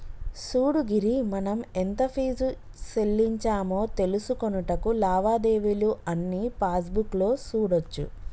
సూడు గిరి మనం ఎంత ఫీజు సెల్లించామో తెలుసుకొనుటకు లావాదేవీలు అన్నీ పాస్బుక్ లో సూడోచ్చు